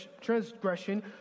transgression